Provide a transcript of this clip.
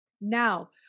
Now